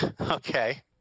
Okay